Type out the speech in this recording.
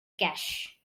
cash